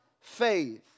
faith